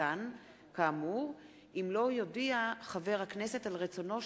והפטורים ומס קנייה על טובין (תיקון מס' 8),